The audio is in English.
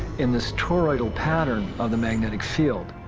in this toroidal pattern of the magnetic field.